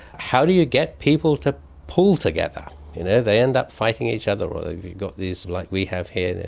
how do you get people to pull together? you know they end up fighting each other or you've you've got these, like we have here,